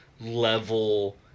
level